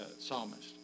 psalmist